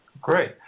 Great